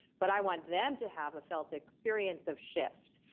but i want them to have a felt experience of shift.